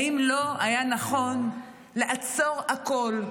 האם לא היה נכון לעצור הכול,